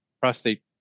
prostate